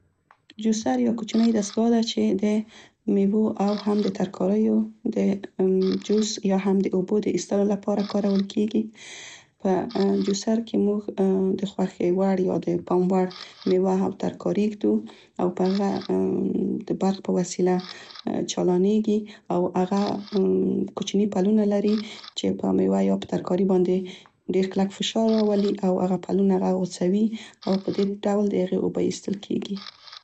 جوسر یوه کوچنۍ دستګاه ده چې د میوو او هم د ترکاریو د جوس یا هم د اوبو د ایستلو لپاره کارول کیګي. په جوسر کې موږ د خوښې وړ یا د پام وړ میوه او ترکاري ږدو، او په هغه د برق په وسیله چالانیګي او هغه کوچني پلونه لري، چې په میوه یا په ترکاري باندې ډیر کلک فشار راولي او هغه پلونه هغه غوڅوي او په دې ډول د هغې اوبه ایستل کیګي.